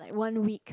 one week